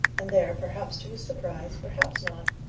and there, perhaps to his surprise, perhaps not,